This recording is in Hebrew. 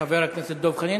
חבר הכנסת דב חנין.